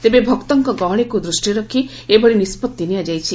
ତେବେ ଭକ୍ତଙ୍କ ଗହଳିକୁ ଦୃଷିରେ ରଖି ଏଭଳି ନିଷ୍ବଭି ନିଆଯାଇଛି